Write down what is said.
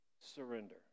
surrender